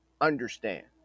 understand